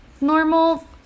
normal